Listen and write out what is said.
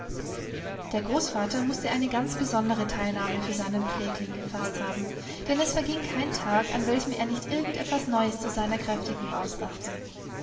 der großvater mußte eine ganz besondere teilnahme für seinen pflegling gefaßt haben denn es verging kein tag an welchem er nicht irgend etwas neues zu seiner kräftigung ausdachte